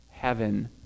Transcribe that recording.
heaven